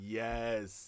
yes